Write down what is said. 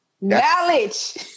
Knowledge